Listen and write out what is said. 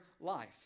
life